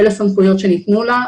אלה סמכויות שניתנו לה.